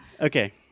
okay